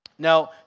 Now